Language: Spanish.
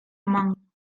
omán